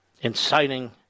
inciting